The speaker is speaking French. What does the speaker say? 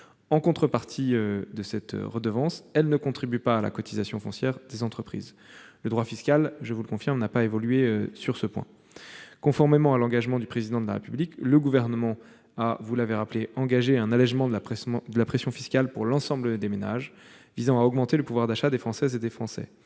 En contrepartie, elles ne contribuent pas à la cotisation foncière des entreprises. Le droit fiscal, je vous le confirme, n'a pas évolué sur ce point. Conformément à l'engagement du Président de la République, le Gouvernement a engagé un allégement de la pression fiscale pour l'ensemble des ménages, visant à augmenter le pouvoir d'achat des Françaises et des Français.